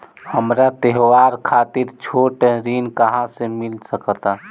हमरा त्योहार खातिर छोट ऋण कहाँ से मिल सकता?